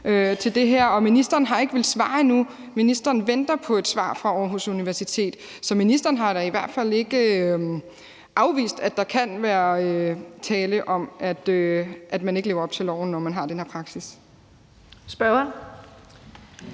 ministeren har ikke villet svare endnu. Ministeren venter på et svar fra Aarhus Universitet. Så ministeren har da i hvert fald ikke afvist, at der kan være tale om, at man ikke lever op til loven, når man har den her praksis.